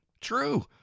true